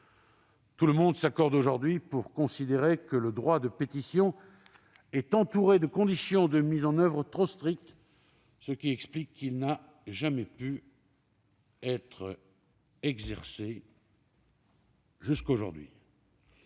Tout le monde s'accorde aujourd'hui à considérer que le droit de pétition est entouré de conditions de mise en oeuvre trop strictes, ce qui explique qu'il n'a jamais pu être exercé jusqu'à ce jour.